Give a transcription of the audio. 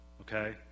okay